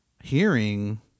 hearing